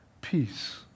peace